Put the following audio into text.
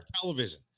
television